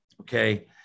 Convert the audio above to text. Okay